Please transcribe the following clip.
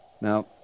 Now